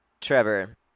Trevor